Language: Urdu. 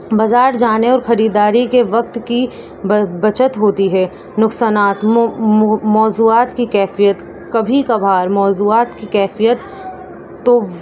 بازار جانے اور خریداری کے وقت کی بچت ہوتی ہے نقصانات موضوعات کی کیفیت کبھی کبھار موضوعات کی کیفیت تو